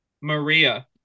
Maria